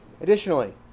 Additionally